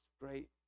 great